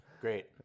great